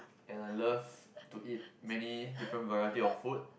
and I love to eat many different variety of food